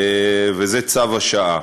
וזה צו השעה.